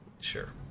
Sure